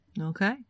Okay